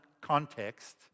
context